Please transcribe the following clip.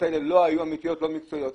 האלה לא היו אמיתיות ולא מקצועיות.